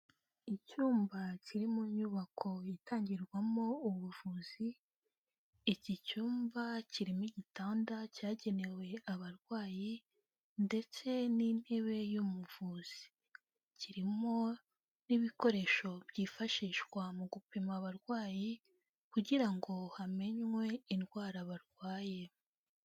Icyumba kiri mu nyubako itangirwamo ubuvuzi. Iki cyumba kirimo igitanda cyagenewe abarwayi, ndetse n'intebe y'umuvuzi. Kirimo n'ibikoresho byifashishwa mu gupima abarwayi kugira ngo hamenwe indwara barwaye.